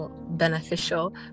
beneficial